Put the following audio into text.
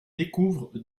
découvrent